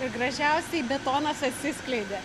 ir gražiausiai betonas atsiskleidė